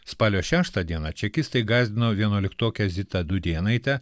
spalio šeštą dieną čekistai gąsdino vienuoliktokę zitą dūdėnaitę